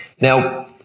Now